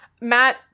Matt